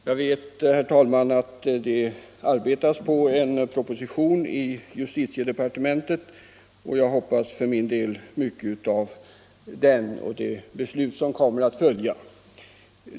Jag vet, herr talman, att det arbetas på en proposition i justitiedepartementet, och jag hoppas för min del mycket av den och de beslut som kommer att följa.